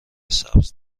سبز